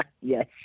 Yes